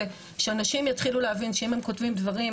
שאנשים יתחילו להבין שאם הם כותבים דברים